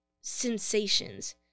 sensations